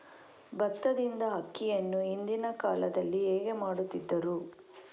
ಭತ್ತದಿಂದ ಅಕ್ಕಿಯನ್ನು ಹಿಂದಿನ ಕಾಲದಲ್ಲಿ ಹೇಗೆ ಮಾಡುತಿದ್ದರು?